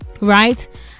right